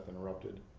interrupted